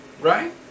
Right